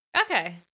Okay